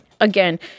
Again